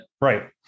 right